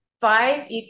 five